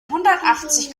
hundertachzig